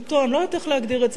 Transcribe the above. אני לא יודעת איך להגדיר את זה אחרת